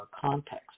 context